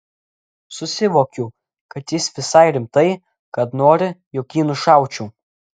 susivokiu kad jis visai rimtai kad nori jog jį nušaučiau